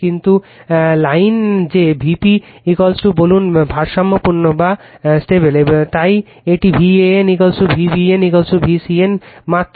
কিন্তু কি কল কিন্তু লাইন যে Vp বলুন সব ভারসাম্যপূর্ণ তাই এটি VAN V bn VCN মাত্রা